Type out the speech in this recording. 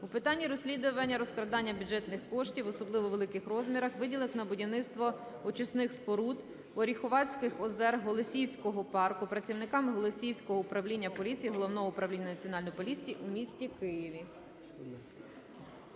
у питанні розслідування розкрадання бюджетних коштів в особливо великих розмірах, виділених на будівництво очисних споруд Оріхуватських озер Голосіївського парку, працівниками Голосіївського управління поліції Головного управління Національної поліції у місті Києві.